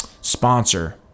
sponsor